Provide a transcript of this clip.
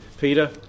Peter